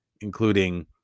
including